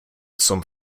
zum